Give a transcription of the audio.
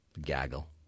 Gaggle